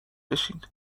بشین